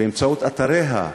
באמצעות אתריה,